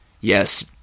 Yes